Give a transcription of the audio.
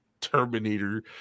Terminator